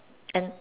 and